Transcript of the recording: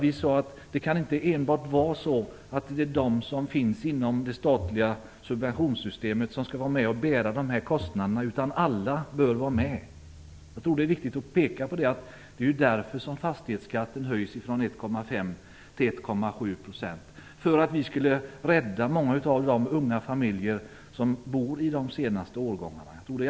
Vi sade nämligen att inte enbart de som finns inom det statliga subventionssystemet skall bära dessa kostnader utan att alla bör vara med. Jag tror att det är viktigt att peka på att det är därför fastighetsskatten höjs från 1,5 till 1,7 %. På så sätt räddas många av de unga familjer som bor i de senaste årgångarna.